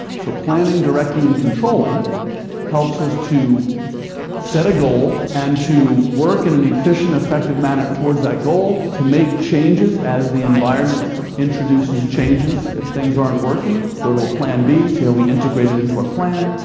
so planning, directing, and controlling helps us to set a goal and to work in an efficient, effective manner towards that goal to make changes as the environment introduces changes. if things aren't working, go to a plan b, see how we integrate it into our plan,